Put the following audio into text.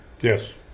Yes